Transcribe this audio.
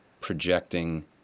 projecting